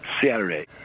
Saturday